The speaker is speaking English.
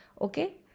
okay